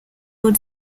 wood